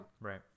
Right